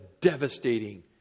devastating